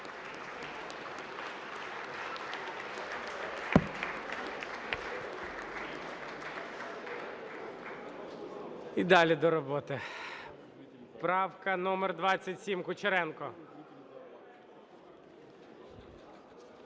І далі до роботи. Правка номер 27, Кучеренко.